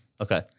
Okay